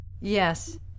Yes